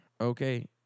okay